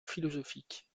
philosophique